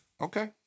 Okay